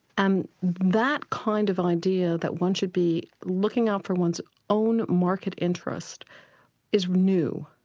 and that kind of idea that one should be looking out for one's own market interest is new,